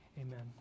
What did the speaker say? amen